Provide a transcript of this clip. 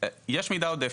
יש מידע עודף.